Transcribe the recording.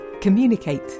communicate